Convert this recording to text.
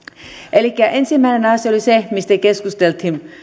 elikkä ensimmäinen asia on se mistä keskusteltiin